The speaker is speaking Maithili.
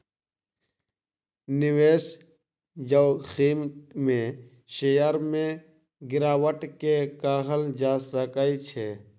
निवेश जोखिम में शेयर में गिरावट के कहल जा सकै छै